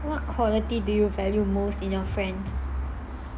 what quality do you value most in your friend